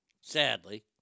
sadly